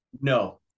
No